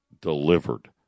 delivered